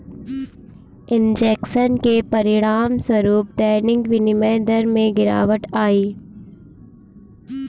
injection के परिणामस्वरूप दैनिक विनिमय दर में गिरावट आई